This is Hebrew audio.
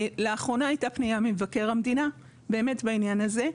לאחרונה הייתה פניה ממבקר המדינה בעניין הזה,